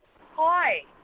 Hi